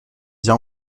già